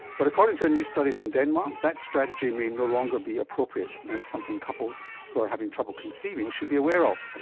but according to a new study from denmark, that strategy may no longer be appropriate and it's something that couples who are having trouble conceiving should be aware of.